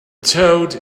toad